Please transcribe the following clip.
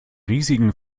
riesigen